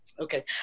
Okay